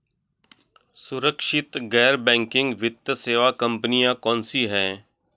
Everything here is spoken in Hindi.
सुरक्षित गैर बैंकिंग वित्त सेवा कंपनियां कौनसी हैं?